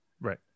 Right